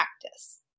practice